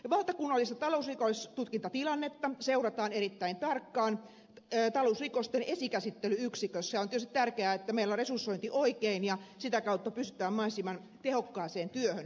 valtakunnallista talousrikostutkintatilannetta seurataan erittäin tarkkaan talousrikosten esikäsittely yksikössä ja on tietysti tärkeää että meillä on resursointi oikein ja sitä kautta pystytään mahdollisimman tehokkaaseen työhön tällä saralla